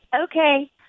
Okay